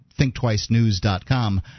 ThinkTwiceNews.com